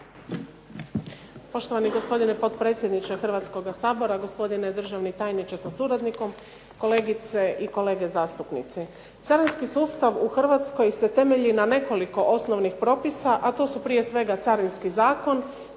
Poštovani gospodine potpredsjedniče Hrvatskoga sabora, gospodine državni tajniče sa suradnikom, kolegice i kolege zastupnici. Carinski sustav u Hrvatskoj se temeljile na nekoliko osnovnih propisa, a to su prije svega Carinski zakon,